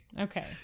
Okay